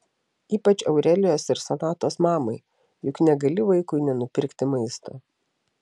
ypač aurelijos ir sonatos mamai juk negali vaikui nenupirkti maisto